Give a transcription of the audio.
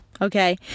okay